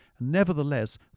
nevertheless